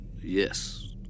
Yes